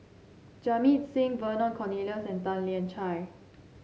Jamit Singh Vernon Cornelius and Tan Lian Chye